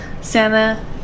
Santa